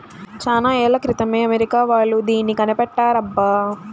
చానా ఏళ్ల క్రితమే అమెరికా వాళ్ళు దీన్ని కనిపెట్టారబ్బా